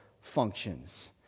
functions